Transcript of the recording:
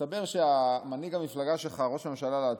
מסתבר שמנהיג המפלגה שלך, ראש הממשלה לעתיד,